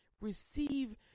Receive